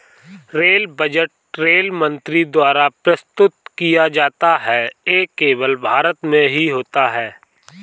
rail budget rail मंत्री द्वारा प्रस्तुत किया जाता है ये केवल भारत में ही होता है